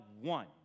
one